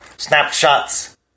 Snapshots